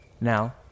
Now